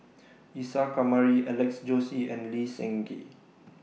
Isa Kamari Alex Josey and Lee Seng Gee